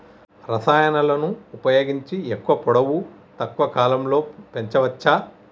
రసాయనాలను ఉపయోగించి ఎక్కువ పొడవు తక్కువ కాలంలో పెంచవచ్చా?